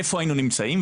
איפה היינו נמצאים.